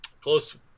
Close